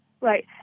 Right